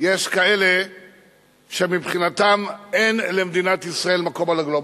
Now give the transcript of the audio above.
יש כאלה שמבחינתם אין למדינת ישראל מקום על הגלובוס,